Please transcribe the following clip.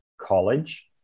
college